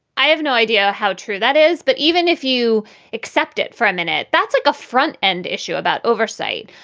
i have no idea how true that is. but even if you accept it for a minute, that's like a a front end issue about oversight.